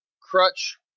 Crutch